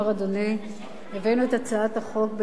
הבאנו את הצעת החוק לקריאה טרומית